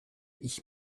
ich